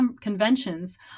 conventions